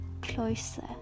closer